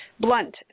blunt